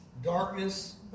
darkness